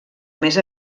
més